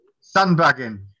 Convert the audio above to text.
sandbagging